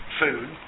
food